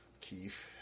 Keith